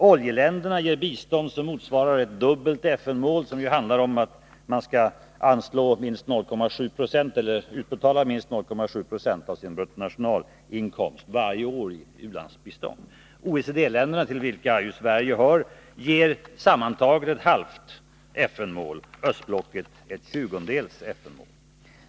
Oljeländerna ger bistånd som motsvarar ett dubbelt FN-mål, dvs. att man varje år skall betala ut minst 0,7 20 av sin bruttonationalinkomst i u-landsbistånd. OECD-länderna, till vilka Sverige hör, ger ett halvt FN-mål, östblocket ger ett tjugondels FN-mål.